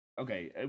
okay